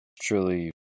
truly